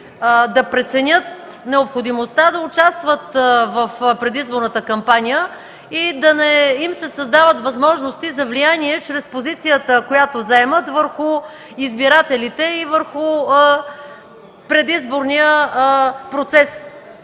да преценят необходимостта да участват в предизборната кампания и да не им се създават възможности за влияние чрез позицията, която заемат, върху избирателите и върху предизборния процес.